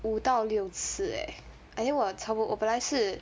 五到六次 leh I think 我差不多我本来是